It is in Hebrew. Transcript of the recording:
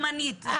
איך.